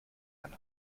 ein